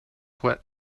what